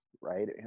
right